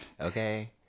Okay